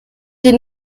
den